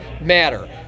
matter